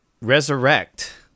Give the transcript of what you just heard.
resurrect